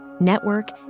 network